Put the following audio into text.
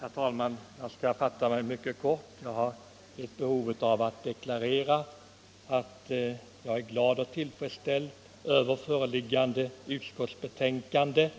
Herr talman! Jag skall fatta mig mycket kort. Jag har ett behov av att deklarera att jag är glad och tillfredsställd över föreliggande utskottsbetänkande,